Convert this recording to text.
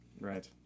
Right